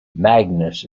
magnus